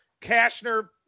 Kashner